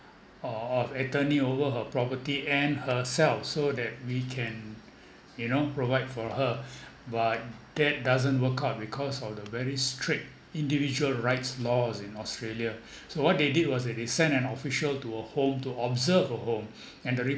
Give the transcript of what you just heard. o~ of attorney over her property and herself so that we can you know provide for her but that doesn't work out because of the very strict individual rights laws in australia so what they did was that they sent an official to a home to observe a home and the report